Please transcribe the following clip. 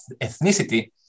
ethnicity